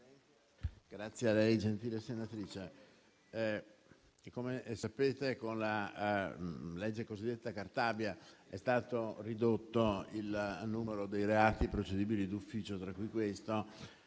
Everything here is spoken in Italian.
ringrazio la gentile senatrice. Come sapete, con la cosiddetta legge Cartabia è stato ridotto il numero dei reati procedibili d'ufficio, tra cui quello